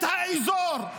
את האזור.